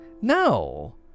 No